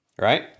Right